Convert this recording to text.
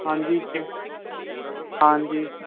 ਹਾਂਜੀ ਫੇਰ ਹਾਂਜੀ